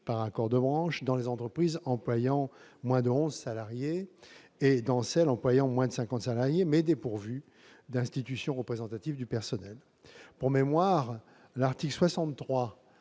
par accord de branche, dans les entreprises employant moins de onze salariés et dans celles qui emploient moins de cinquante salariés, mais qui sont dépourvues d'institutions représentatives du personnel. Pour mémoire, l'article 63